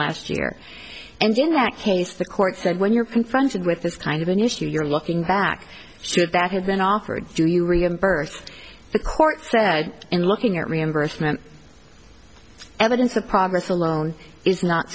last year and in that case the court said when you're confronted with this kind of an issue you're looking back should that have been offered do you reimburse the court said in looking at reimbursement evidence of promise alone is not